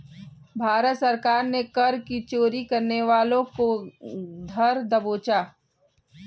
भारत सरकार ने कर की चोरी करने वालों को धर दबोचा